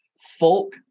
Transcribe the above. folk